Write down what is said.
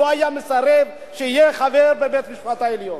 לא היה מסרב שיהיה חבר בבית-המשפט העליון.